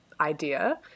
idea